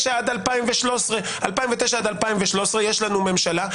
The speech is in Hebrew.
עד 2013. 2009 ועד 2013 יש לנו ממשלה,